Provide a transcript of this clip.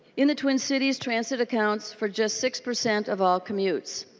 in the twin cities transit accounts for just six percent of all commutes.